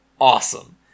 awesome